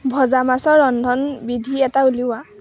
ভজা মাছৰ ৰন্ধনবিধি এটা উলিওৱা